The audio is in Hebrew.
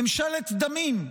ממשלת דמים.